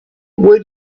where